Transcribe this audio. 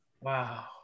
wow